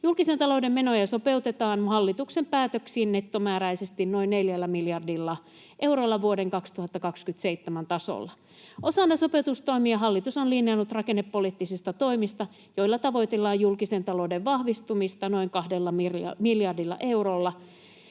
Julkisen talouden menoja sopeutetaan hallituksen päätöksin nettomääräisesti noin neljällä miljardilla eurolla vuoden 2027 tasolla. Osana sopeutustoimia hallitus on linjannut rakennepoliittisista toimista, joilla tavoitellaan julkisen talouden vahvistumista noin kahdella miljardilla eurolla.